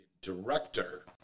director